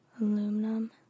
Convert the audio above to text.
Aluminum